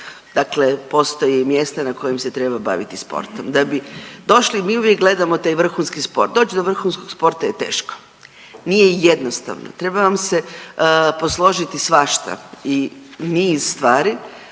Dakle, postoje mjesta na kojim se treba baviti sportom. Da bi došli mi uvijek gledamo taj vrhunski sport, doć do vrhunskog sporta je teško, nije jednostavno treba vam se posložiti svašta i niz stvari.